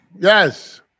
Yes